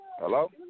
Hello